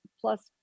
plus